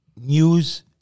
News